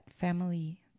family